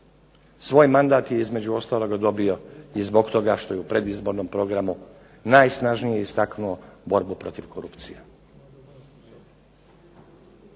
Svoj mandat je između ostaloga dobio i zbog toga što je u predizbornom programu najsnažnije istaknuo borbu protiv korupcije.